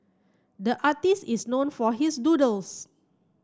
the artist is known for his doodles